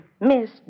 Miss